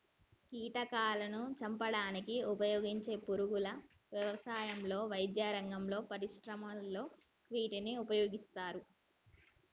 కీటకాలాను చంపడానికి ఉపయోగించే పురుగుల వ్యవసాయంలో, వైద్యరంగంలో, పరిశ్రమలలో వీటిని ఉపయోగిస్తారు